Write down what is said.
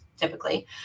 typically